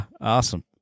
Awesome